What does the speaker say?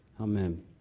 Amen